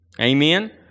Amen